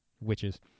witches